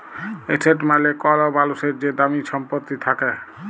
asset মালে কল মালুসের যে দামি ছম্পত্তি থ্যাকে